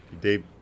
Dave